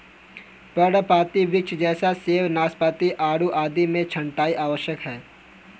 पर्णपाती वृक्ष जैसे सेब, नाशपाती, आड़ू आदि में छंटाई आवश्यक है